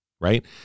right